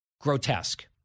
grotesque